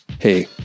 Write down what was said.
Hey